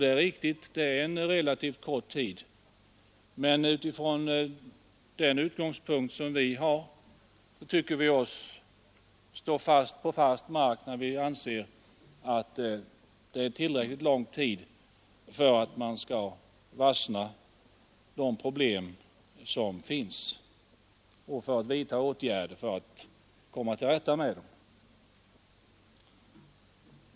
Det är riktigt att det är en relativt kort tid, men med den utgångspunkten som vi har tycker vi oss stå på fast mark när vi anser att tillräckligt lång tid har förflutit för att man skall varsna de problem som finns och för att vidta åtgärder i syfte att komma till rätta med dem.